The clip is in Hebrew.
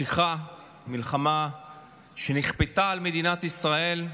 שנמשכת, מלחמה שנכפתה על מדינת ישראל.